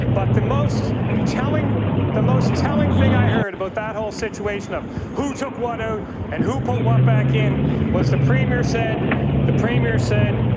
but the most telling the most telling thing i heard about that whole situation of who took what out and who put what back in was the premier said the premier said